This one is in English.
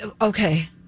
Okay